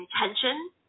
intention